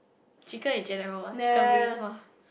chicken in general ah chicken wing [wah]